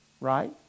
right